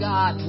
God